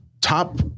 top